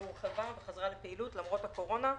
והורחבה וחזרה לפעילות למרות הקורונה,